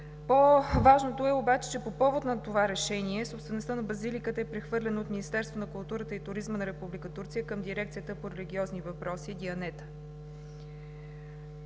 по-важното е, че по повод на това решение собствеността на Базиликата е прехвърлена от Министерството на културата и туризма на Република Турция към Дирекцията по религиозни въпроси Дианет.